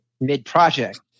mid-project